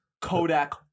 Kodak